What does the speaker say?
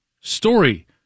story